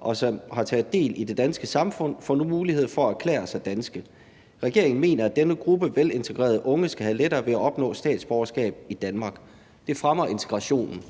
og som har taget del i det danske samfund, får nu mulighed for at erklære sig danske. Regeringen mener, at denne gruppe velintegrerede unge skal have lettere ved at opnå statsborgerskab i Danmark. Det fremmer integrationen«.